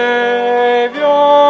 Savior